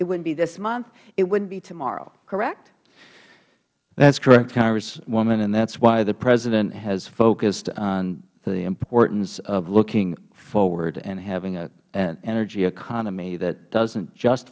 it wouldn't be this month it wouldn't be tomorrow correct mister hayes that is correct congresswoman and that is why the president has focused on the importance of looking forward and having an energy economy that doesn't just